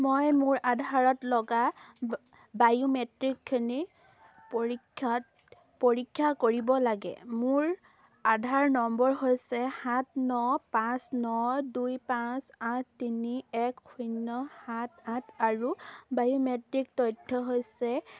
মই মোৰ আধাৰত লগা বায়োমেট্ৰিকখিনি পৰীক্ষাত পৰীক্ষা কৰিব লাগে মোৰ আধাৰ নম্বৰ হৈছে সাত ন পাঁচ ন দুই পাঁচ আঠ তিনি এক শূন্য সাত আঠ আৰু বায়োমেট্ৰিক তথ্য হৈছে